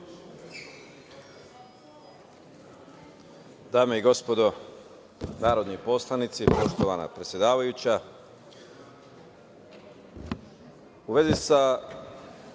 Dame i gospodo narodni poslanici, poštovana predsedavajuća, u vezi sa